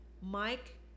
mike